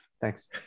Thanks